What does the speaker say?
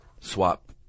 swap